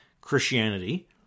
Christianity